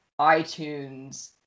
iTunes